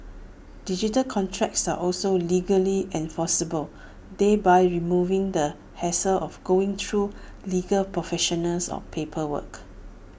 digital contracts are also legally enforceable thereby removing the hassle of going through legal professionals or paperwork